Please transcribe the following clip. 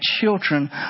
children